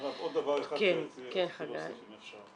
מירב, עוד דבר אחד שרציתי להוסיף אם אפשר.